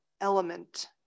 element